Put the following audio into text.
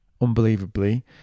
unbelievably